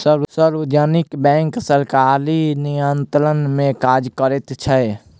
सार्वजनिक बैंक सरकारी नियंत्रण मे काज करैत छै